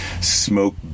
smoke